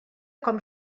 com